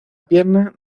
pierna